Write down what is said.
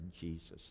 Jesus